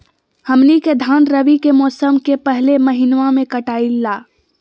हमनी के धान रवि के मौसम के पहले महिनवा में कटाई ला